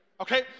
Okay